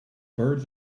birds